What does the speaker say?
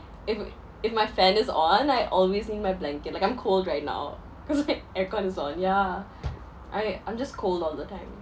if if my fan is on I always need my blanket like I'm cold right now cause my aircon is on yeah I I'm just cold all the time